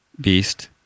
Beast